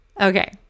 Okay